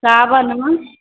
सावनमे